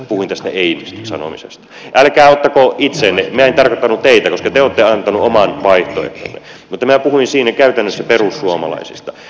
minä en tarkoittanut teitä koska te olette antanut oman vaihtoehtonne mutta minä puhuin siinä käytännössä perussuomalaisista